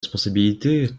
responsabilités